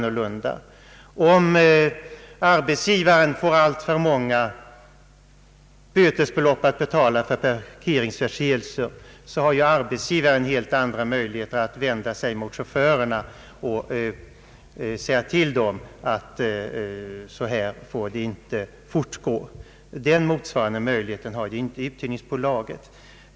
Om arbetsgivaren får alltför många bötesbelopp att betala för parkeringsförseelser från chaufförernas sida, har han ju möjlighet att vända sig mot chaufförerna och säga till dem att så här får det inte fortgå. Någon motsvarande möjlighet har inte uthyrningsbolagen.